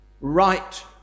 right